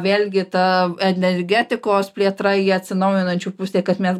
vėlgi ta energetikos plėtra į atsinaujinančių pusę kad mes